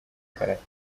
karate